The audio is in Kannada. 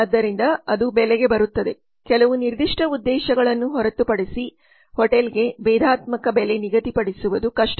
ಆದ್ದರಿಂದ ಅದು ಬೆಲೆಗೆ ಬರುತ್ತದೆ ಕೆಲವು ನಿರ್ದಿಷ್ಟ ಉದ್ದೇಶಗಳನ್ನು ಹೊರತುಪಡಿಸಿ ಹೋಟೆಲ್ಗೆ ಭೇದಾತ್ಮಕ ಬೆಲೆ ನಿಗದಿಪಡಿಸುವುದು ಕಷ್ಟ